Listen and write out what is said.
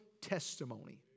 testimony